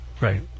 Right